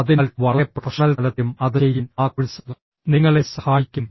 അതിനാൽ വളരെ പ്രൊഫഷണൽ തലത്തിലും അത് ചെയ്യാൻ ആ കോഴ്സ് നിങ്ങളെ സഹായിക്കും